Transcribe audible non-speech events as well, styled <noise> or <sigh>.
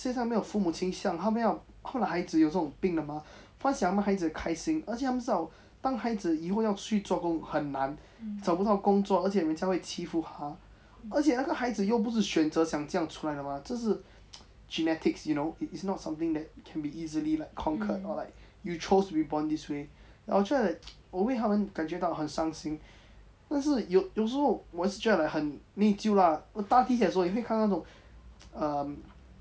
世上没有父母亲希望他们要他们的孩子是有这种病的吗他们想他们的孩子开心而且他们至少当孩子以后要去做工很难找不到工作而且人家会欺负他而且那个孩子又不是选择想这样出来的吗这是 <noise> genetics you know it's not like something that can be eaily like concurred or like you chose to be born this way but 我觉得 like 我为他们感觉到很伤心但是有有时候我也是觉得 like 很内疚啦我搭地铁的时候也会看到那种 um